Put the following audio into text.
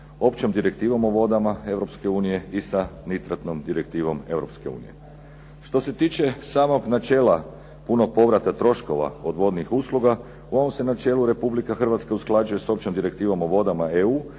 direktivom Europske unije. Što se tiče samog načela punog povrata troškova od vodnih usluga, u ovom se načelu Republika Hrvatska usklađuje s općom direktivom o vodama EU,